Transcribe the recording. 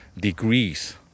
degrees